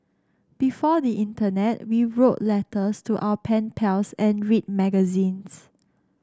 before the internet we wrote letters to our pen pals and read magazines